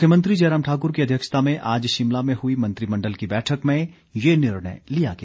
मुख्यमंत्री जयराम ठाकुर की अध्यक्षता में आज शिमला में हई मंत्रिमंडल की बैठक में यह निर्णय लिया गया